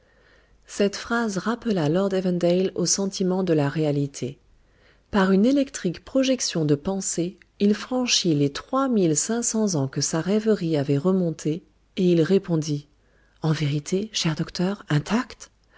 cette phrase rappela lord evandale au sentiment de la réalité par une électrique projection de pensée il franchit les trois mille cinq cents ans que sa rêverie avait remontés et il répondit en vérité cher docteur intact